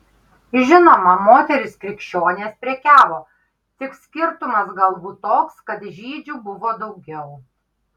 žinoma moterys krikščionės prekiavo tik skirtumas galbūt toks kad žydžių buvo daugiau